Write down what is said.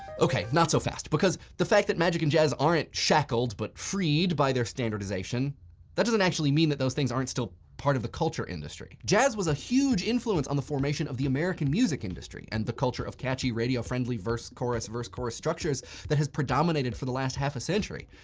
ok. not so fast. because the fact that magic and jazz aren't shackled, but freed by their standardization that doesn't actually mean that those things aren't still part of the culture industry. jazz was a huge influence on the formation of the american music industry and the culture of catchy radio friendly verse, chorus, verse, chorus structures that has predominated for the last half a century.